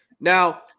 Now